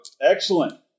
Excellent